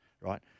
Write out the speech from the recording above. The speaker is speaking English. right